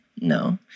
No